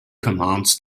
commands